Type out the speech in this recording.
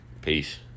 Peace